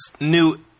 new